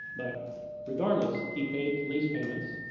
but regardless, he paid lease payments.